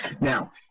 Now